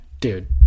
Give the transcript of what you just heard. dude